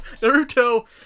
Naruto